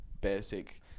basic